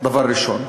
דבר ראשון.